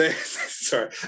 Sorry